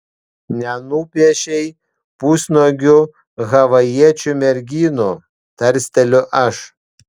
nenupiešei pusnuogių havajiečių merginų tarsteliu aš